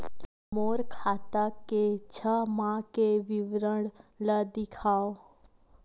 मोर खाता के छः माह के विवरण ल दिखाव?